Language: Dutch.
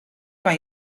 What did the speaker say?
kan